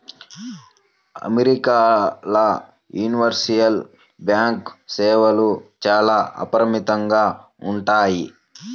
అమెరికాల universal bank సేవలు చాలా అపరిమితంగా ఉంటాయి